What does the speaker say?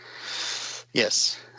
Yes